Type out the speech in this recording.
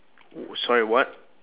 sorry what